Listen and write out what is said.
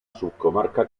subcomarca